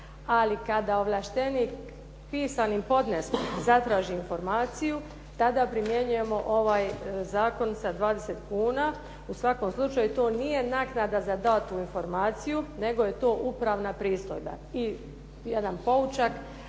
Ali kada ovlaštenik pisanim podneskom zatraži informaciju tada primjenjujemo ovaj zakon sa 20 kn. U svakom slučaju to nije naknada za datu informaciju, nego je to upravna pristojba i jedan poučak.